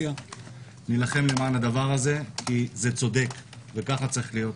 או אופוזיציה - נילחם למען זה כי זה צודק וכך צריך להיות.